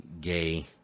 gay